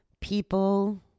People